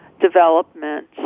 development